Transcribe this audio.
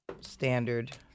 Standard